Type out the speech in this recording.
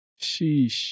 Sheesh